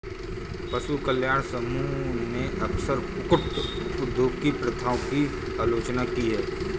पशु कल्याण समूहों ने अक्सर कुक्कुट उद्योग की प्रथाओं की आलोचना की है